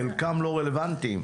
חלקם לא רלוונטיים,